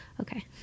okay